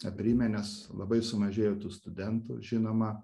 aprimę nes labai sumažėjo tų studentų žinoma